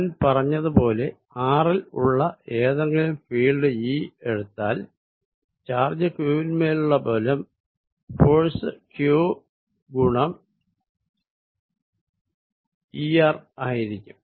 ഞാൻ പറഞ്ഞത് പോലെ r ൽ ഉള്ള ഏതെങ്കിലും ഫീൽഡ് E എടുത്താൽ ചാർജ് q വിന്മേലുള്ള ഫോഴ്സ് q ഗുണം Er ആയിരിക്കും